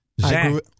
Zach